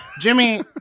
Jimmy